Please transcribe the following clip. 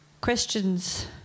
questions